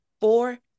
four